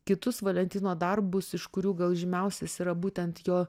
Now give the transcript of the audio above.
kitus valentino darbus iš kurių gal žymiausias yra būtent jo